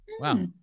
Wow